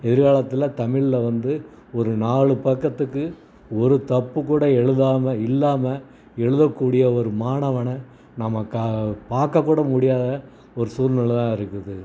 எதிர்காலத்தில் தமிழில் வந்து ஒரு நாலு பக்கத்துக்கு ஒரு தப்புகூட எழுதாம இல்லாமல் எழுதக்கூடிய ஒரு மாணவனை நம்ம பா பார்க்கக்கூட முடியாத ஒரு சூழ்நிலையா இருக்குது